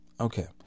Okay